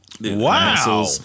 wow